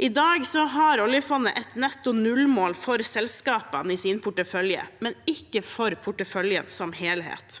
I dag har oljefondet et netto null-mål for selskapene i sin portefølje, men ikke for porteføljen som helhet.